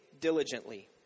diligently